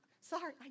sorry